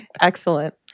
Excellent